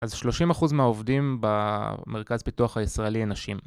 אז 30% מהעובדים במרכז פיתוח הישראלי הן נשים.